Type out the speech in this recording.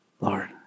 Lord